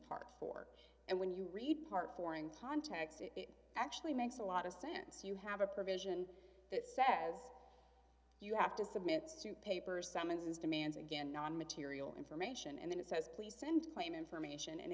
part four and when you read part foreign contacts it actually makes a lot of sense you have a provision that says you have to submit soup a person says demands again non material information and then it says please send plain information and